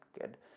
good